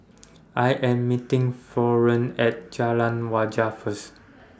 I Am meeting Florene At Jalan Wajek First